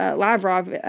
ah lavrov,